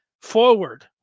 forward